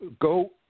go